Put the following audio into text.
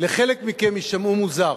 לחלק מכם יישמעו מוזר.